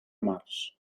març